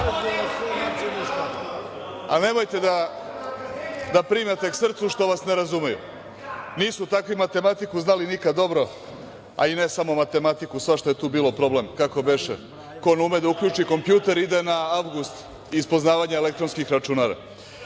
Nemojte da primate k srcu što vas ne razumeju. Nisu takvi matematiku znali nikada dobro, a i ne samo matematiku, svašta je tu bilo problem, kako beše, ko ne ume da uključi kompjuter ide na avgust iz poznavanja elektronskih računara. Svašta